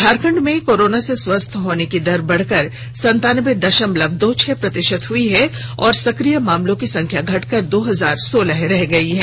झारखंड में कोरोना से स्वस्थ होने की दर बढ़कर संतानबे दशमलव दो छह प्रतिशत पहुंच गई है और सक्रिय मामलों की संख्या घटकर दो हजार सोलह रह गई है